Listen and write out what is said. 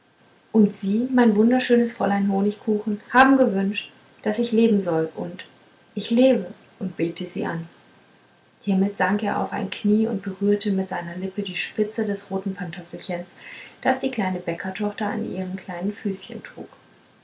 und sie mein wunderschönes fräulein honigkuchen haben gewünscht daß ich leben soll und ich lebe und bete sie an hiermit sank er auf ein knie und berührte mit seinen lippen die spitze des roten pantöffelchens das die kleine bäckertochter an ihren kleinen füßchen trug